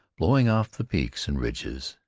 blowing off the peaks and ridges,